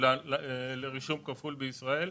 לרישום כפול בישראל.